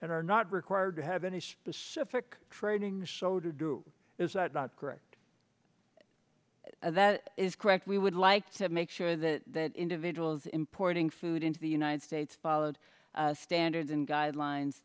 and are not required to have any specific training so to do is that not correct that is correct we would like to make sure that that individuals importing food into the united states followed standards and guidelines